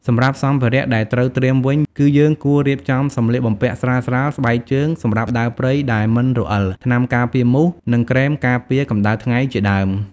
សម្រាប់សម្ភារៈដែលត្រូវត្រៀមវិញ គឺយើងគួររៀបចំសម្លៀកបំពាក់ស្រាលៗ ស្បែកជើងសម្រាប់ដើរព្រៃដែលមិនរអិល ថ្នាំការពារមូស និងក្រែមការពារកម្ដៅថ្ងៃជាដើម។